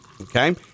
okay